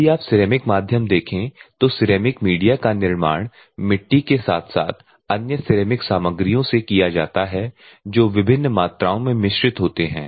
यदि आप सिरेमिक माध्यम देखें तो सिरेमिक मीडिया का निर्माण मिट्टी के साथ साथ अन्य सिरेमिक सामग्रियों से किया जाता है जो विभिन्न मात्राओं में मिश्रित होते हैं